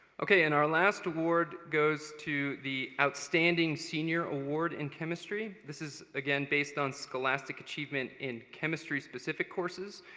okay. and our last award goes to the outstanding senior award in chemistry. this is, again, based on scholastic achievement in chemistry-specific courses.